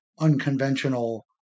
unconventional